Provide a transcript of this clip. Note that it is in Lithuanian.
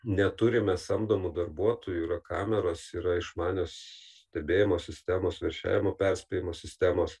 neturime samdomų darbuotojų yra kameros yra išmanios stebėjimo sistemos veršiavimo perspėjimo sistemos